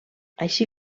així